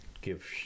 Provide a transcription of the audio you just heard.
give